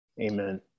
Amen